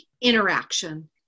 interaction